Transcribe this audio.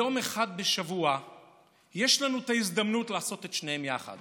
יום אחד בשבוע יש לנו ההזדמנות לעשות את שניהם יחד